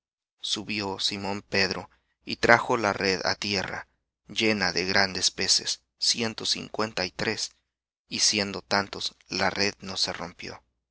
subió simón pedro y trajo la red á tierra llena de grandes peces ciento cincuenta y tres y siendo tantos la red no se rompió